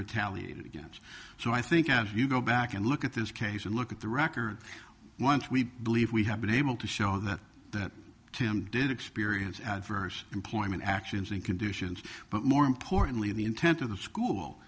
retaliated against so i think if you go back and look at this case and look at the record once we believe we have been able to show that that tim did experience adverse employment actions and conditions but more importantly the intent of the school